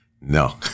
No